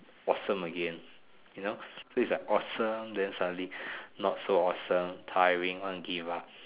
awesome again you know so it's like awesome then suddenly not so awesome tiring wanna give up